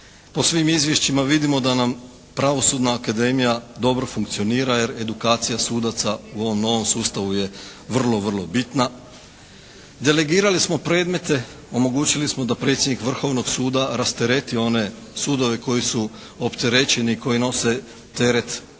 Po svim izvješćima vidimo da nam pravosudna akademija dobro funkcionira jer edukacija sudaca u ovom novom sustavu je vrlo vrlo bitna. Delegirali smo predmete, omogućili smo da predsjednik Vrhovnog suda rastereti one sudove koji su opterećeni i koji nose teret velikog